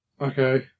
Okay